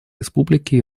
республики